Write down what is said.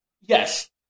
Yes